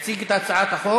הצעת החוק